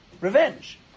revenge